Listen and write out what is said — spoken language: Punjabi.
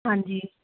ਹਾਂਜੀ